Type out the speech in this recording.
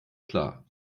klar